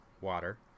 water